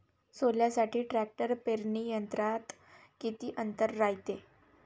सोल्यासाठी ट्रॅक्टर पेरणी यंत्रात किती अंतर रायते?